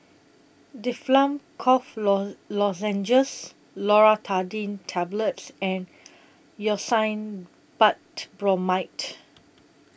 Difflam Cough Low Lozenges Loratadine Tablets and Hyoscine Butylbromide